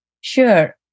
Sure